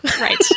Right